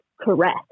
correct